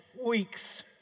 weeks